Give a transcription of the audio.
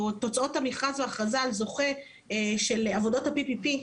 או תוצאות המכרז וההכרזה על זוכה של עבודות ה-PPP,